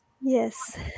yes